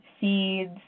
seeds